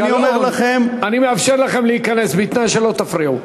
אני מאפשר לכם להיכנס בתנאי שלא תפריעו.